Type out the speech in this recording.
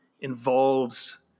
involves